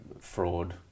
fraud